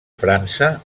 frança